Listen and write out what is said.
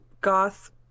goth